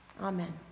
Amen